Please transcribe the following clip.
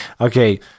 Okay